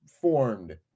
formed